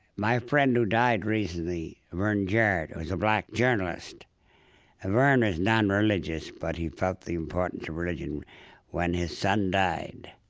my friend who died recently, vernon jarrett, was a black journalist. and vern is nonreligious, but he felt the importance of religion when his son died.